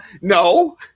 no